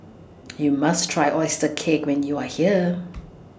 YOU must Try Oyster Cake when YOU Are here